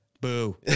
Boo